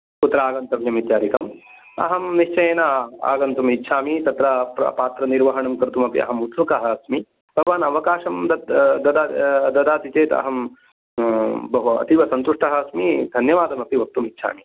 कुत्र आगन्तव्यमित्यादिकं अहं निश्चयेन आगन्तुमिच्छामि तत्र पा पात्रनिर्वहणं कर्तुमपि अहं उत्सुकः अस्मि भवान् अवकाशं दत्त दद ददाति चेत् अहं बहु अतीवस्नतुष्टः अस्मि धन्यवादमपि वक्तुमिच्छामि